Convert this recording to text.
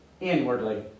Inwardly